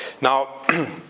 Now